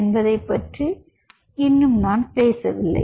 என்பதை பற்றி இன்னும் நான் பேசவில்லை